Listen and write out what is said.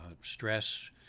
stress